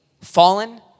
fallen